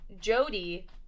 jody